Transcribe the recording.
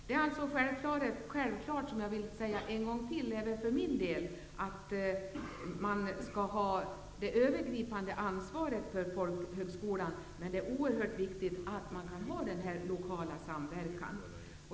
Det är självklart, jag vill påtala det en gång till, att det för det övergripande ansvaret för folkhögskolan är oerhört viktigt med den lokala samverkan.